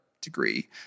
degree